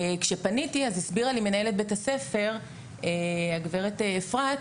כשפניתי אז הסבירה לי מנהלת בית הספר הגברת אפרת,